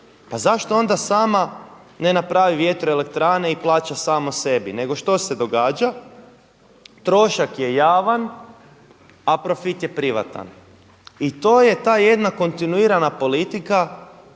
pa zašto onda sama ne napravi vjetroelektrane i plaća sama sebi. Nego što se događa? Trošak je javan, a profit je privatan i to je ta jedna kontinuirana politika,